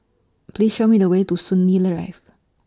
Please Show Me The Way to Soon Lee Rive